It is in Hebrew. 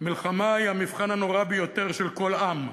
"מלחמה היא המבחן הנורא ביותר של כל עם.